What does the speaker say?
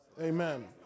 Amen